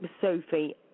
Sophie